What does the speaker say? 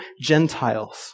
Gentiles